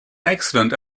excellent